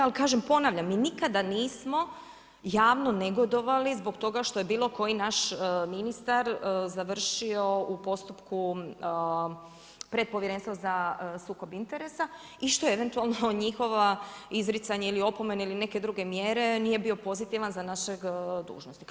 Ali kažem ponavljam, mi nikada nismo javno negodovali zbog toga što je bilo koji naš ministar završio u postupku pred Povjerenstvom za sukob interesa i što eventualno njihovo izricanje ili opomena ili neke druge mjere nije bio pozitivan za našeg dužnosnika.